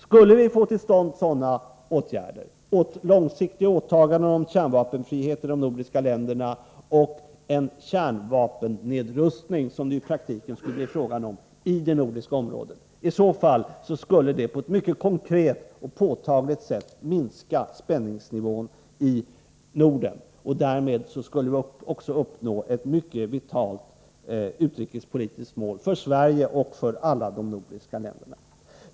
Skulle vi få till stånd sådana åtgärder — långsiktiga åtaganden om kärnvapenfrihet för de nordiska länderna och en kärnvapennedrustning, som det i praktiken skulle bli fråga om i det nordiska området — skulle detta på ett mycket konkret sätt minska spänningsnivån i Norden. Därmed skulle vi också uppnå ett mycket vitalt utrikespolitiskt mål, för Sverige och för de övriga nordiska länderna.